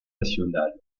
nationales